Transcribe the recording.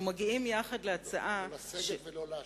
לא לסגת ולא להשהות.